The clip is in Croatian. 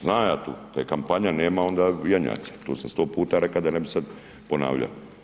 Znam ja tu, to je kampanja, nema onda janjaca, to sam sto puta rekao da ne bi sad ponavljao.